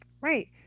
Right